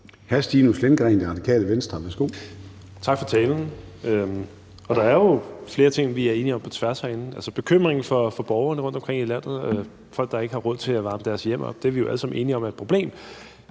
20:51 Stinus Lindgreen (RV): Tak for talen. Der er jo flere ting, vi er enige om på tværs herinde. Altså, bekymringen for borgerne rundtomkring i landet og for folk, der ikke har råd til at varme deres hjem op, er vi alle sammen enige om er et problem.